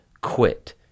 quit